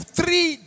three